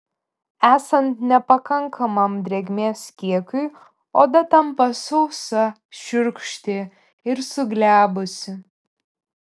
esant nepakankamam drėgmės kiekiui oda tampa sausa šiurkšti ir suglebusi